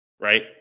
right